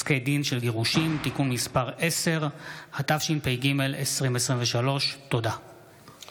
שלישי י' בסיוון התשפ"ג, 30 במאי 2023. הודעה